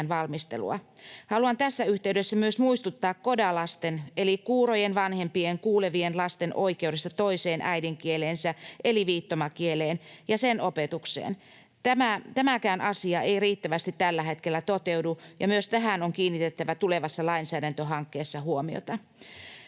Haluan tässä yhteydessä myös muistuttaa CODA-lasten eli kuurojen vanhempien kuulevien lasten oikeudesta toiseen äidinkieleensä eli viittomakieleen ja sen opetukseen. Tämäkään asia ei riittävästi tällä hetkellä toteudu, ja myös tähän on kiinnitettävä tulevassa lainsäädäntöhankkeessa huomiota.